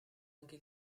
anche